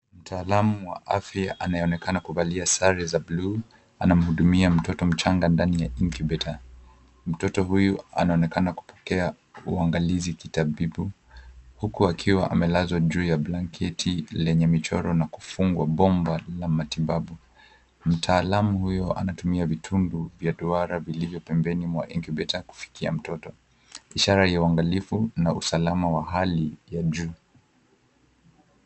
Mtaalamu wa afya anayeonekana kuvalia sare za rangi ya buluu anamhudumia mtoto mchanga ndani ya incubator . Mtoto huyu anaonekana kupokea uangalizi kitabibu huku akiwa amelazwa kwenye blanketi lenye michoro na kufungwa bomba la matibabu. Mtaalamu huyo anatumia vitundu vya duara vilivyo pembeni mwa incubator kufikia mtoto ishara ya uangalifu na usalama wa hali ya juu.